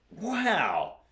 wow